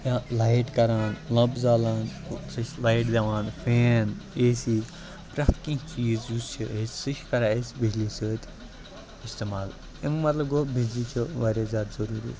یا لایِٹ کَران لَنٛمپ زالان سُہ چھِ لایِٹ دِوان فین اے سی پرٛیٚتھ کیٚنٛہہ چیٖز یُس چھِ أسۍ سُہ چھِ کَران أسۍ بِجلی سۭتۍ اِستعمال اَمیٛک مطلب گوٚو بِجلی چھِ واریاہ زیادٕ ضروٗری